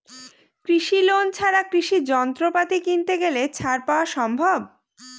কৃষি লোন ছাড়া কৃষি যন্ত্রপাতি কিনতে গেলে ছাড় পাওয়া সম্ভব?